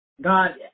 God